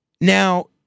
Now